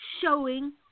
showing